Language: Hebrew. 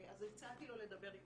אז הצעתי לו לדבר איתך,